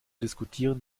diskutieren